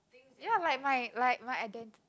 ya like my like my identity